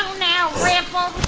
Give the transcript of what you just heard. now, ripples.